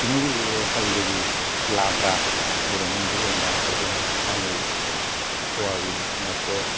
बिनि गेजेराव हाबि जाबि लाब्रा बर'नि ओंख्रि जेनेबा जोगोनार आलु सयाबिन मटर